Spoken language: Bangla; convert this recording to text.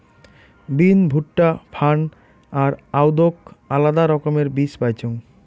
বিন, ভুট্টা, ফার্ন আর আদৌক আলাদা রকমের বীজ পাইচুঙ